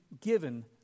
given